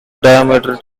diameter